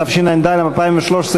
התשע"ד 2013,